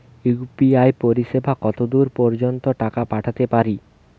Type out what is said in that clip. UPI পরিসেবা কতদূর পর্জন্ত টাকা পাঠাতে পারি?